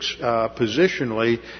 positionally